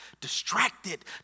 distracted